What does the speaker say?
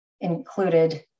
included